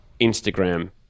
Instagram